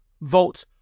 vote